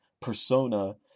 Persona